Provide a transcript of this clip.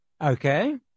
Okay